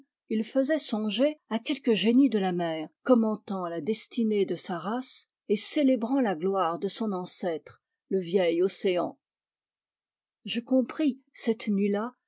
il faisait songer à quelque génie de la mer commentant la destinée de sa race et célébrant la gloire de son ancêtre le vieil océan je compris cette nuit-là